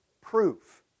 proof